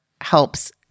helps